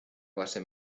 base